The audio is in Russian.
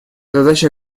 задача